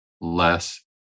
less